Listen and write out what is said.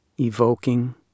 Evoking